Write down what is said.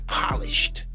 polished